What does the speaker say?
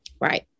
Right